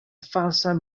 falsan